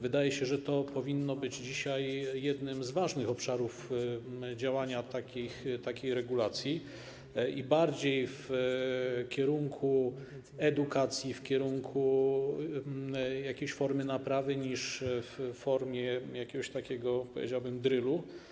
Wydaje się, że to powinno być dzisiaj jednym z ważnych obszarów działania takiej regulacji, i bardziej w kierunku edukacji, w kierunku jakiejś formy naprawy niż w formie jakiegoś, powiedziałbym, drylu.